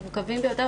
מורכבים ביותר.